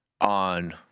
on